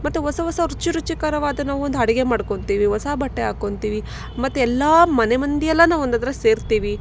ಮತ್ತೆ ಹೊಸ ಹೊಸ ರುಚಿ ರುಚಿಕರವಾದ ನಾವೊಂದು ಅಡಿಗೆ ಮಾಡ್ಕೊತಿವಿ ಹೊಸ ಬಟ್ಟೆ ಹಾಕೊತಿವಿ ಮತ್ತೆ ಎಲ್ಲ ಮನೆ ಮಂದಿ ಎಲ್ಲ ನಾವೊಂದು ಅದ್ರಗ ಸೇರ್ತಿವಿ